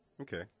Okay